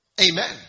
Amen